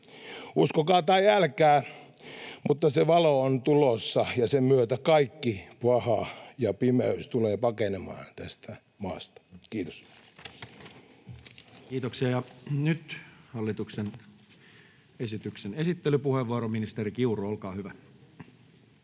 Uskokaa tai älkää, mutta se valo on tulossa, ja sen myötä kaikki paha ja pimeys tulee pakenemaan tästä maasta. — Kiitos. Kiitoksia. — Ja nyt hallituksen esityksen esittelypuheenvuoro, ministeri Kiuru, olkaa hyvä.